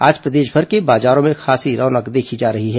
आज प्रदेशभर के बाजारों में खासी रौनक देखी जा रही है